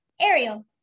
Ariel